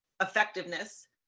effectiveness